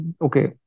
okay